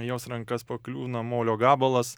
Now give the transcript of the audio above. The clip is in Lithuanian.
į jos rankas pakliūna molio gabalas